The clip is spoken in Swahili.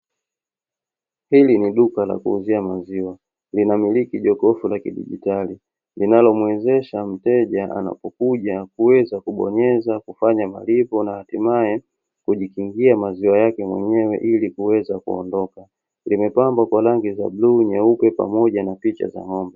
Hili ni duka la kuuzia maziwa. Linamiliki jokofu la kidigitali linalomwezesha mteja anapokuja kuweza kubonyeza kufanya malipo, na hatimaye kujikingia maziwa yake mwenyewe ili kuweza kuondoka. Limepambwa kwa rangi za bluu, nyeupe pamoja na picha za ng'ombe.